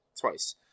Twice